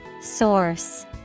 Source